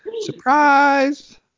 surprise